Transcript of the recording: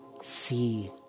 see